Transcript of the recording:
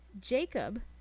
Jacob